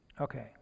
Okay